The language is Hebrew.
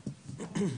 רבה.